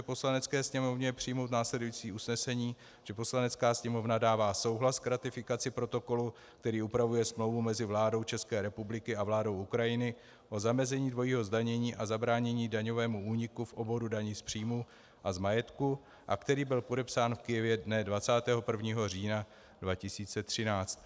Poslanecké sněmovně přijmout následující usnesení, že Poslanecká sněmovna dává souhlas k ratifikaci Protokolu, který upravuje Smlouvu mezi vládou České republiky a vládou Ukrajiny o zamezení dvojího zdanění a zabránění daňovému úniku v oboru daní z příjmu a z majetku a který byl podepsán v Kyjevě dne 21. října 2013.